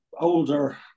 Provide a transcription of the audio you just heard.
older